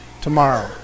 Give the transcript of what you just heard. tomorrow